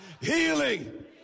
Healing